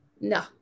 No